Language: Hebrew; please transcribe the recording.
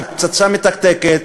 כפצצה מתקתקת,